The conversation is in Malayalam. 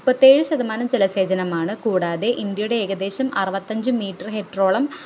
മൂപ്പത്തി ഏഴ് ശതമാനം ജലസേചനമാണ് കൂടാതെ ഇന്ത്യയുടെ ഏകദേശം അറുപത്തി അഞ്ച് മീറ്റർ ഹെക്ടറോളം